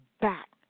back